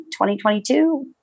2022